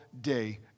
day